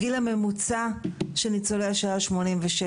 הגיל הממוצע של ניצולי השואה 86,